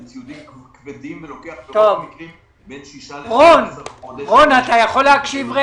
זה ציוד כבד ולוקח בכמה מקרים בין שישה לעשרה חודשים עד שהוא מגיע.